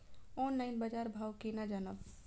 Online बाजार भाव केना जानब?